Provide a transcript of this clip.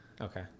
Okay